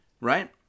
right